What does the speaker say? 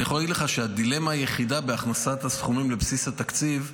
אני יכול להגיד לך שהדילמה היחידה בהכנסת הסכומים לבסיס התקציב היא,